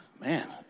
Man